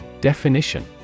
Definition